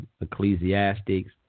Ecclesiastics